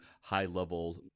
high-level